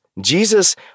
Jesus